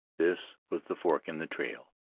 this was the fork in the trail,